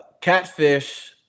catfish